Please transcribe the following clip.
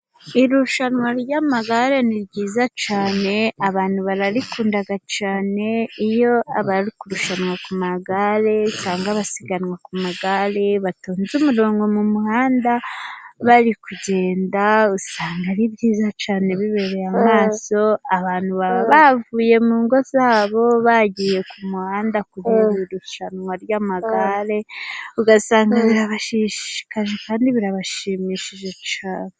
Irushanwa ry'amagare ni ryiza cyane, abantu bararikunda cyane. Iyo abari kurushanwa ku magare cyangwa basiganwa ku magare batonze umurongo mu muhanda, bari kugenda usanga ari byiza cyane bibereye amaso, abantu bavuye mu ngo zabo bagiye ku muhanda ku irushanwa ry'amagare, ugasanga birabashishikaje kandi birabashimishije cyane.